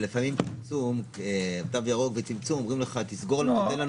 לפעמים תו ירוק וצמצום אומרים לך: תן לנו